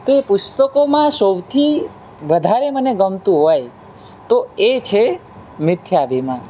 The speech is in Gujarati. તો એ પુસ્તકોમાં સૌથી વધારે મને ગમતું હોય તો એ છે મિથ્યાભીમાન